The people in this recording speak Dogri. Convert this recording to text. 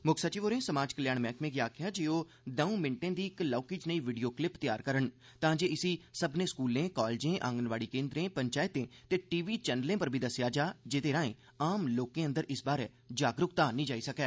मुक्ख सचिव होरें समाज कल्याण मैहकमे गी आखेआ जे ओह् दौं मिंटें दी इक लौहकी ज्नेई वीडियो क्लिप तैयार करन तांजे इसी सब्मने स्कूलें कालेजें आंगनवाड़ी केन्द्रे पंचैतें ते टीवी चैनलें पर बी दस्सेआ जा जेह्दे राएं आम लोकें अंदर इस बारै जागरूकता आह्न्नी जाई सकै